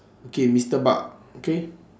okay mister bak okay